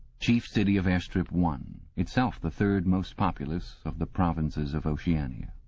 chief city of airstrip one, itself the third most populous of the provinces of oceania.